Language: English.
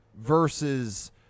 versus